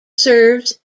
serves